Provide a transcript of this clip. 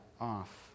off